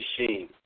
machine